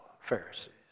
Pharisees